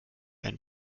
eine